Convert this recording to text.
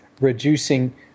reducing